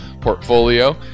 portfolio